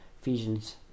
Ephesians